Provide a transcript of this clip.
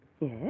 Yes